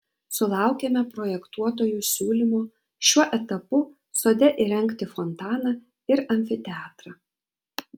sulaukėme projektuotojų siūlymo šiuo etapu sode įrengti fontaną ir amfiteatrą